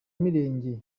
mirenge